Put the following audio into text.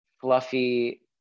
fluffy